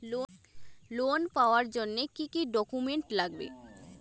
Loan পাওয়ার জন্যে কি কি ডকুমেন্ট লাগবে?